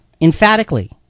emphatically